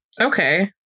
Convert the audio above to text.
Okay